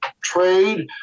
trade